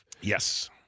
Yes